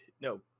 no